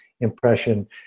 impression